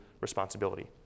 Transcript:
responsibility